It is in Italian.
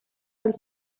nel